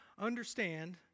understand